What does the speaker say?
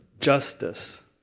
justice